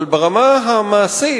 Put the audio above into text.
אבל ברמה המעשית,